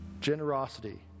generosity